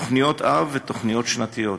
תוכניות-אב ותוכניות שנתיות,